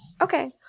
Okay